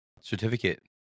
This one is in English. certificate